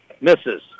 Misses